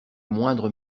moindre